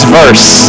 verse